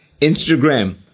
Instagram